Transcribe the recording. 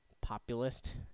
populist